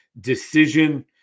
decision